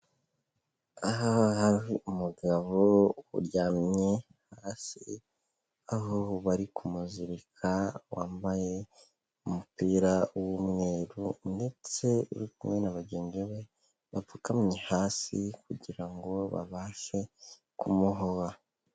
Aha hari umugabo uryamye hasi aho bari kumuzirika wambaye umupira w'umweru ndetse uri kumwe na bagenzi be bapfukamye hasi kugira ngo babashe kumubohora.